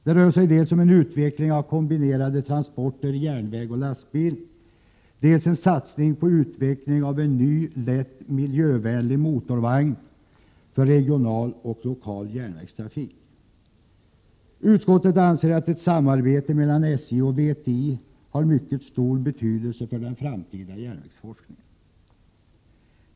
Det rör sig dels om en utveckling av kombinerade transporter järnväg/lastbil, dels om en satsning på utveckling av en ny lätt, miljövänlig motorvagn för regional och lokal järnvägstrafik. Utskottet anser att ett samarbete mellan SJ och VTI har mycket stor betydelse för den framtida järnvägsforskningen.